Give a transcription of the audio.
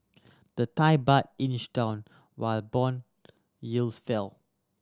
the Thai Baht inched down while bond yields fell